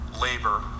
labor